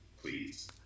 please